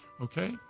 okay